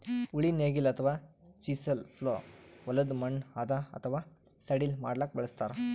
ಉಳಿ ನೇಗಿಲ್ ಅಥವಾ ಚಿಸೆಲ್ ಪ್ಲೊ ಹೊಲದ್ದ್ ಮಣ್ಣ್ ಹದಾ ಅಥವಾ ಸಡಿಲ್ ಮಾಡ್ಲಕ್ಕ್ ಬಳಸ್ತಾರ್